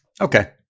Okay